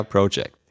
Project